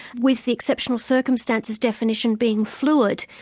with the exceptional circumstances definition being fluid,